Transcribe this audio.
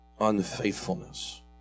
unfaithfulness